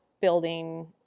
building